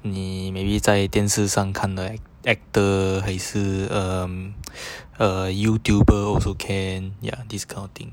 你 maybe 在电视上看到 actor 还是 um a YouTube also can ya this kind of thing